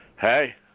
Hey